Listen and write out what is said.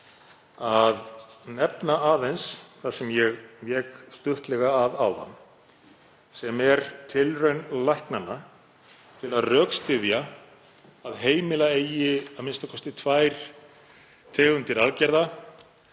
að nefna aðeins það sem ég vék stuttlega að áðan sem er tilraun læknanna til að rökstyðja að heimila eigi a.m.k. tvær tegundir aðgerða.